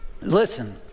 Listen